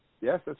Yes